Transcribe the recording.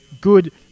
good